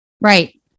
right